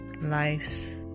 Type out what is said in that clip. life's